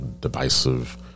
divisive